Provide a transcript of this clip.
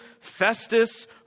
Festus